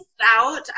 out